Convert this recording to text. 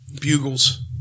Bugles